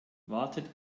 wartet